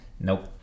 nope